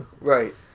Right